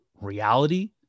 reality